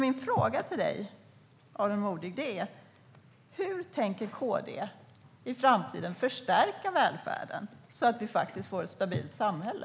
Min fråga till Aron Modig är: Hur tänker KD förstärka välfärden i framtiden så att vi får ett stabilt samhälle?